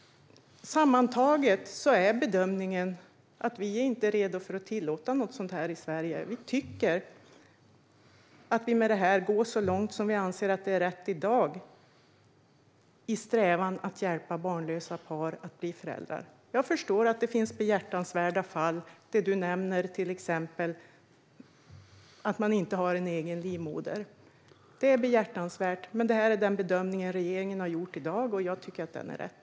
Sammantaget är bedömningen att vi inte är redo att tillåta något sådant i Sverige. Vi tycker att vi med detta förslag går så långt vi anser är rätt i dag i strävan att hjälpa barnlösa par att bli föräldrar. Jag förstår att det finns behjärtansvärda fall. Anders Jonsson nämner till exempel att inte ha en egen livmoder. Det är behjärtansvärt, men det är den bedömning regeringen har gjort i dag - och jag tycker att den är riktig.